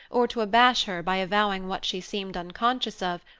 or to abash her by avowing what she seemed unconscious of,